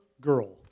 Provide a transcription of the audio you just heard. girl